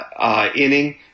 inning